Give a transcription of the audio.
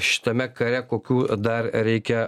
šitame kare kokių dar reikia